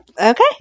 Okay